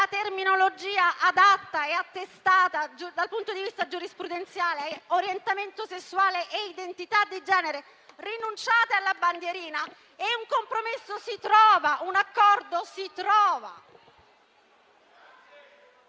terminologia adatta e attestata dal punto di vista giurisprudenziale è «orientamento sessuale e identità di genere». Rinunciate alla bandierina e un compromesso, un accordo si trova.